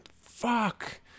fuck